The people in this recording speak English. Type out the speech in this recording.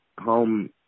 home